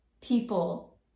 people